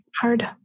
hard